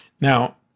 Now